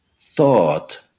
thought